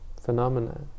phenomena